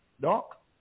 Doc